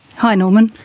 hi norman.